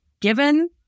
given